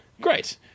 Great